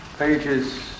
Pages